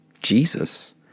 Jesus